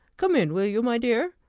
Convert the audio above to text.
come in, will you, my dear?